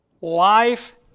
Life